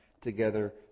together